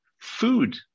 food